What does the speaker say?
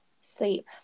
sleep